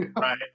Right